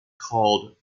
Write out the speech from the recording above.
called